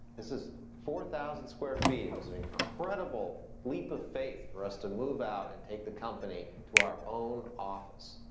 this is four thousand square feet. it was an incredible leap of faith for us to move out and take the company to our own office.